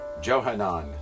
Johanan